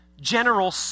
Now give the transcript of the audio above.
general